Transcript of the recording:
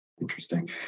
Interesting